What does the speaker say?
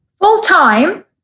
Full-time